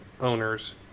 owners –